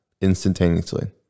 instantaneously